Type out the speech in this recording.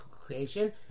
creation